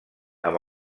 amb